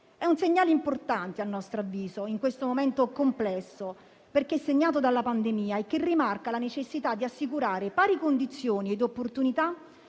È un segnale importante, a nostro avviso, in questo momento complesso perché segnato dalla pandemia e che rimarca la necessità di assicurare pari condizioni ed opportunità